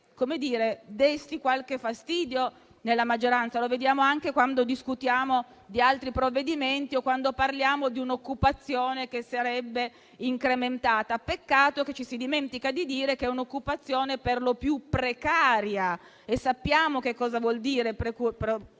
ci pare desti qualche fastidio nella maggioranza; lo vediamo anche quando discutiamo di altri provvedimenti o quando parliamo di un'occupazione che sarebbe incrementata. Peccato che ci si dimentichi di dire che è un'occupazione perlopiù precaria e sappiamo che cosa voglia dire occupazione